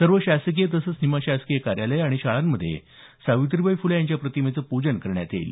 सर्व शासकीय तसंच निमशासकीय कार्यालयं आणि शाळांमध्ये क्रांतिज्योती सावित्रीबाई फुले यांच्या प्रतिमेचं पूजन करण्यात येईल